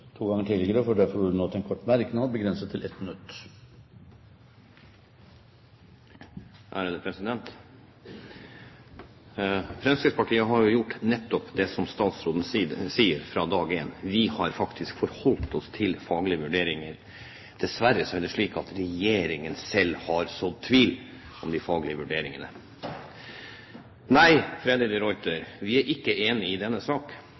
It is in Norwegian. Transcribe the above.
to ganger og får ordet til en kort merknad, begrenset til 1 minutt. Fremskrittspartiet har jo gjort nettopp det som statsråden sier, fra dag én, vi har faktisk forholdt oss til faglige vurderinger. Dessverre er det slik at regjeringen selv har sådd tvil om de faglige vurderingene. Nei, Freddy de Ruiter, vi er ikke enige i denne sak.